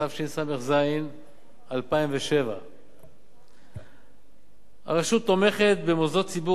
התשס"ז 2007. הרשות תומכת במוסדות ציבור